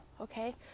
okay